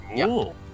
Cool